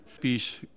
peace